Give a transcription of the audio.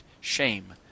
shame